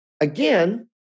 again